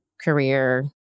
career